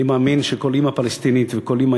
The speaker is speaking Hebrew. אני מאמין שכל אימא פלסטינית וכל אימא